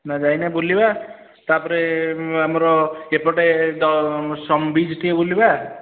ନା ଯାଇନେ ବୁଲିବା ତା'ପରେ ଆମର ଏପଟେ ଦ ସମ ବୀଚ୍ ଟିକେ ବୁଲିବା